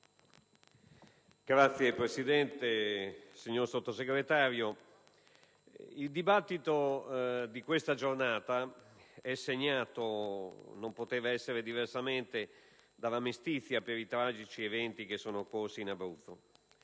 Signor Presidente, onorevole Sottosegretario, il dibattito di questa giornata è segnato - non poteva essere diversamente - dalla mestizia per i tragici eventi occorsi in Abruzzo.